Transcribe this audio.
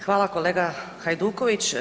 Hvala kolega Hajduković.